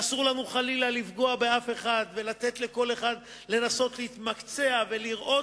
ואסור לנו חלילה לפגוע באף אחד ולתת לכל אחד לנסות להתמקצע ולראות,